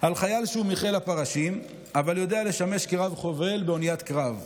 על חייל שהוא מחיל הפרשים אבל יודע לשמש כרב-חובל באוניית קרב,